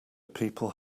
people